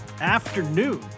afternoon